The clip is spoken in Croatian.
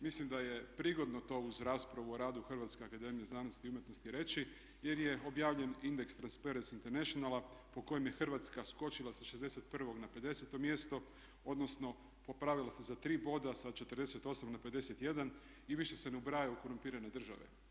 Mislim da je prigodno to uz raspravu o radu Hrvatske akademije znanosti i umjetnosti reći, jer je objavljen indeks Transparency internationala po kojem je Hrvatska skočila sa 61. na 50. mjesto, odnosno popravila se za 3 boda sa 48 na 51 i više se ne ubraja u korumpirane države.